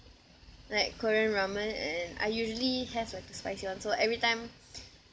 like korean ramen and I usually have like the spicy one so every time